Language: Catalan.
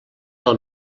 del